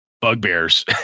bugbears